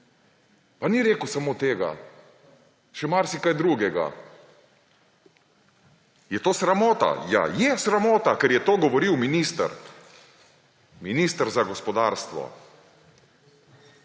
pa ni rekel samo tega. Še marsikaj drugega. Je to sramota? Ja, je sramota, ker je to govoril minister, minister za gospodarstvo.